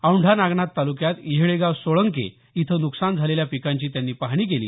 औंढा नागनाथ तालुक्यात येहळेगाव सोळंके इथं नुकसान झालेल्या पिकांची त्यांनी पाहणी केली